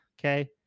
Okay